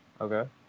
Okay